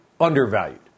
undervalued